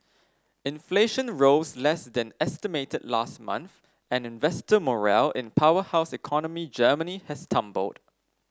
inflation rose less than estimated last month and investor morale in powerhouse economy Germany has tumbled